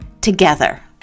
together